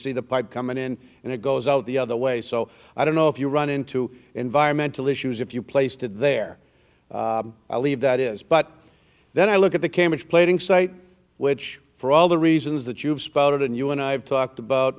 see the pipe coming in and it goes out the other way so i don't know if you run into environmental issues if you placed it there i'll leave that is but then i look at the cambridge plating site which for all the reasons that you've spouted and you and i have talked about